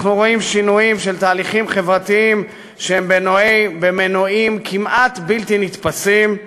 אנחנו רואים שינויים של תהליכים חברתיים שהם מנועים כמעט בלתי נתפסים,